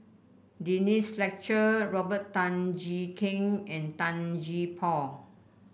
Denise Fletcher Robert Tan Jee Keng and Tan Gee Paw